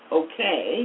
okay